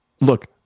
Look